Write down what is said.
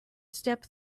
step